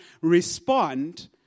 respond